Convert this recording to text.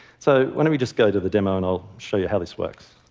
so why don't we just go to the demo and i'll show you how this works?